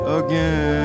again